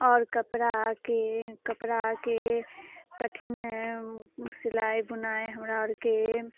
और कपड़ाके कपड़ाके कठिन सिलाइ बुनाइ हमरा आरके